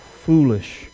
foolish